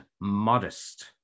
modest